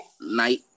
Night